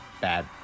bad